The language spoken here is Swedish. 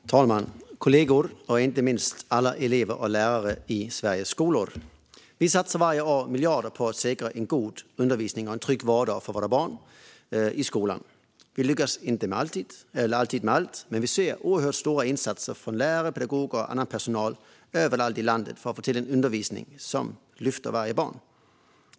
Fru talman, kollegor och inte minst alla elever och lärare i Sveriges skolor! Vi satsar varje år miljarder på att säkra en god undervisning och en trygg vardag för våra barn i skolan. Vi lyckas inte alltid med allt, men vi ser att lärare, pedagoger och annan personal överallt i landet gör stora insatser för att få till en undervisning som lyfter varje barn.